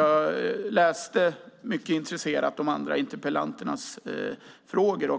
Jag läste mycket intresserat de andra interpellationerna.